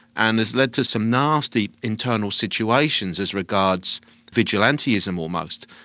and has led to some nasty internal situations as regards vigilantism almost.